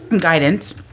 guidance